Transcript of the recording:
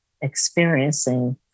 experiencing